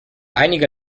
einige